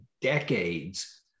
decades